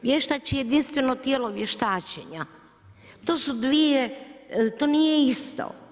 Vještač je jedinstveno tijelo vještačenja, to su dvije, to nije isto.